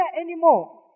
anymore